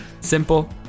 Simple